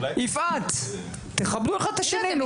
יפעת, תכבדו אחד את השני.